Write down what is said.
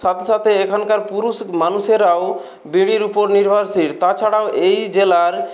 সাথে সাথে এখানকার পুরুষ মানুষেরাও বিড়ির উপর নির্ভরশীল তাছাড়াও এই জেলার